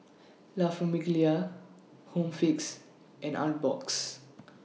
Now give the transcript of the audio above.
La Famiglia Home Fix and Artbox